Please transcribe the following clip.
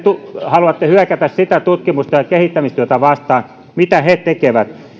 haluatte hyökätä sitä tutkimusta ja kehittämistyötä vastaan mitä he tekevät